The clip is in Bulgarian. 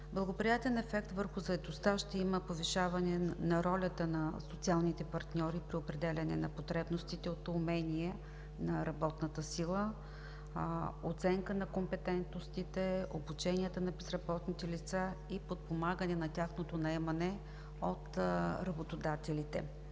Благоприятен ефект върху заетостта ще има повишаване на ролята на социалните партньори при определяне на потребностите от умения на работната сила, оценка на компетентностите, обученията на безработните лица и подпомагане на тяхното наемане от работодателите.